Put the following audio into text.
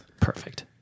Perfect